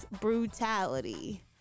brutality